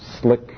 slick